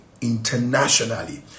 internationally